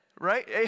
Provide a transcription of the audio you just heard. Right